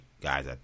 guys